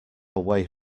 way